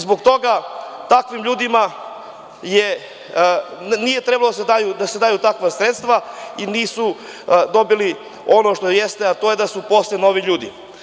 Zbog toga takvim ljudima nisu trebala da se daju takva sredstva i nisu dobili ono što jeste, a to je da se uposle novi ljudi.